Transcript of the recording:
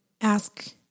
ask